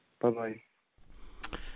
Bye-bye